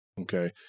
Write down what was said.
okay